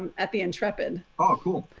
at the intrepid. oh, cool.